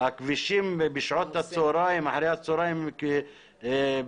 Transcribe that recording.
אז הכבישים בשעות הצוהריים ואחר הצוהריים פקוקים.